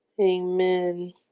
Amen